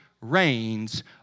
reigns